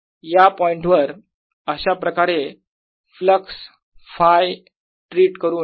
या पॉईंटवर अशाप्रकारे फ्लक्स Φ ट्रीट करून